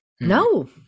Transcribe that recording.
no